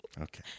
Okay